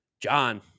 John